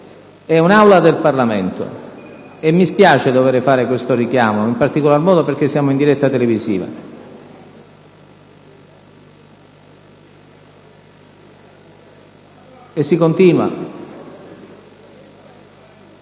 È un'Aula del Parlamento. Mi spiace dover fare questo richiamo, in particolare modo perché siamo in diretta televisiva. E si continua....